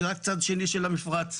ליד צד שני של המפרץ,